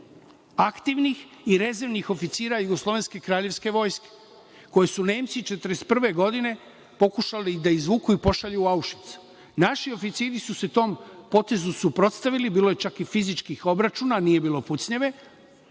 aktivnih i rezervnih oficira Jugoslovenske kraljevske vojske, koje su Nemci 1941. godine pokušali da izvuku i pošalju u Aušvic. Naši oficiri su se tom potezu suprotstavili, bilo je čak i fizičkih obračuna, nije bilo pucnjave,